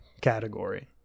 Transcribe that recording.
category